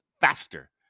faster